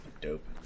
Dope